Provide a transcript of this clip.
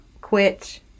quit